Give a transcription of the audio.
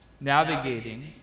navigating